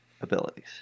abilities